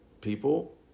people